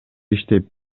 иштеп